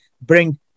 bring